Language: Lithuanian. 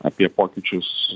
apie pokyčius